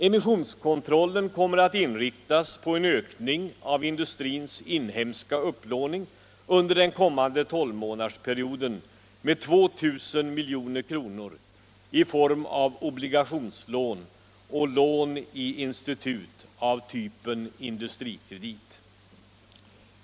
Emissionskontrollen kommer att inriktas på en ökning av industrins inhemska upplåning under den kommande 12-månadersperioden med 2000 miljoner kronor i form av obligationslån och lån i institut av typen Industrikredit.